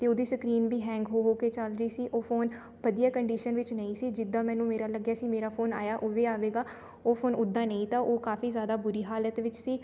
ਅਤੇ ਉਹਦੀ ਸਕਰੀਨ ਵੀ ਹੈਂਗ ਹੋ ਹੋ ਕੇ ਚੱਲ ਰਹੀ ਸੀ ਉਹ ਫੋਨ ਵਧੀਆ ਕੰਡੀਸ਼ਨ ਵਿੱਚ ਨਹੀਂ ਸੀ ਜਿੱਦਾਂ ਮੈਨੂੰ ਮੇਰਾ ਲੱਗਿਆ ਸੀ ਮੇਰਾ ਫੋਨ ਆਇਆ ਉਹ ਵੀ ਆਵੇਗਾ ਉਹ ਫੋਨ ਉੱਦਾਂ ਨਹੀਂ ਤਾ ਉਹ ਕਾਫੀ ਜ਼ਿਆਦਾ ਬੁਰੀ ਹਾਲਤ ਵਿੱਚ ਸੀ